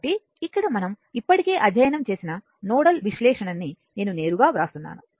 కాబట్టి ఇక్కడ మనం ఇప్పటికే అధ్యయనం చేసిన నోడల్ విశ్లేషణ ని నేను నేరుగా వ్రాస్తున్నాను